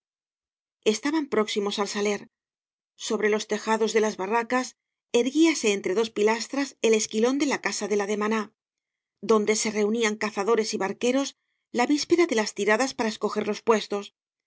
estaban próximos al saler sobre los tejados de las barracas erguíase entre dos pilastras el esquilón de la casa de la demaná donde se reunían cazadores y barqueros la víspera de las tiradas para escoger los puestos